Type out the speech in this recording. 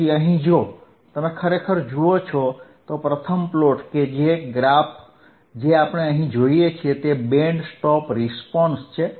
તેથી અહીં જો તમે ખરેખર જુઓ છો તો પ્રથમ પ્લોટ કે ગ્રાફ જે આપણે અહીં જોઈએ છીએ તે બેન્ડ સ્ટોપ રીસ્પોન્સ છે